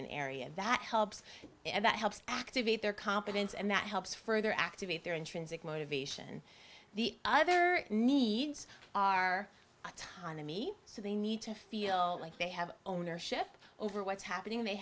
an area that helps that helps activate their competence and that helps further activate their intrinsic motivation the other needs are autonomy so they need to feel like they have ownership over what's happening they